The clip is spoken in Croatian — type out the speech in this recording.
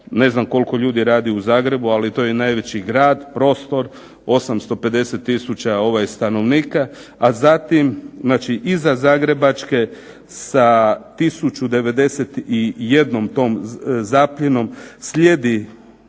ne znam koliko ljudi radi u Zagrebu, ali to je najveći grad, prostor, 850 tisuća stanovnika, a zatim znači iza zagrebačke sa tisuću 91 tom zapljenom slijedi